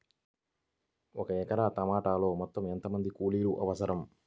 ఒక ఎకరా టమాటలో మొత్తం ఎంత మంది కూలీలు అవసరం?